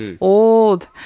old